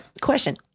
question